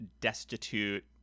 destitute